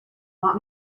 want